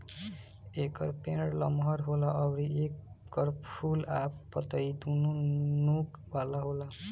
एकर पेड़ लमहर होला अउरी एकर फूल आ पतइ दूनो नोक वाला होला